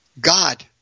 God